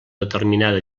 determinada